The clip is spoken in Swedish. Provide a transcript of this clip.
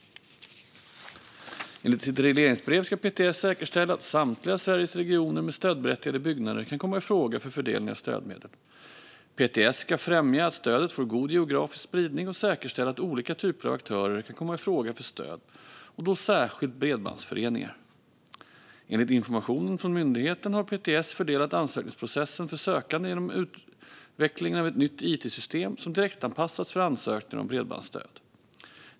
Enligt sitt regleringsbrev ska PTS säkerställa att samtliga Sveriges regioner med stödberättigade byggnader kan komma i fråga för fördelning av stödmedel. PTS ska främja att stödet får god geografisk spridning och säkerställa att olika typer av aktörer kan komma i fråga för stöd, särskilt bredbandsföreningar. Enligt information från myndigheten har PTS förenklat ansökningsprocessen för sökande genom utvecklingen av ett nytt it-system som direktanpassats för ansökningar om bredbandsstöd.